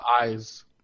eyes